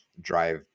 drive